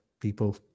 people